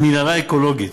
מנהרה אקולוגית.